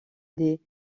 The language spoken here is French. des